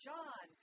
John